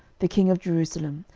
the king of jerusalem,